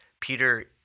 Peter